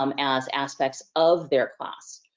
um as aspects of their class.